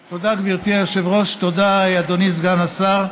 תודה, גברתי היושבת-ראש, תודה, אדוני סגן השר.